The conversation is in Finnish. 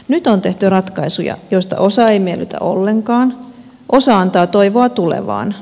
nyt on tehty ratkaisuja joista osa ei miellytä ollenkaan osa antaa toivoa tulevaan